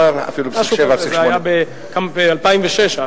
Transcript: אפילו 4.7,